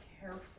careful